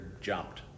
jumped